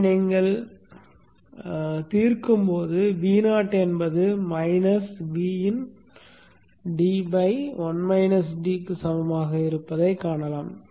இதை நீங்கள் தீர்க்கும் போது Vo என்பது மைனஸ் Vin d க்கு சமமாக இருப்பதைக் காணலாம்